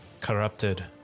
corrupted